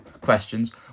questions